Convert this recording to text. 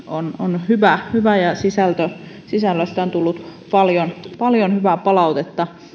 on hyvä hyvä ja sisällöstä on tullut paljon paljon hyvää palautetta